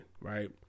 right